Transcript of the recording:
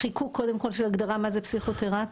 לחיקוק של הגדרה של מה זה פסיכותרפיה.